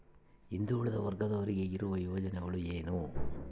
ಹಿಂದುಳಿದ ವರ್ಗದವರಿಗೆ ಇರುವ ಯೋಜನೆಗಳು ಏನು?